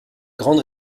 grande